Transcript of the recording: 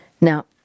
Now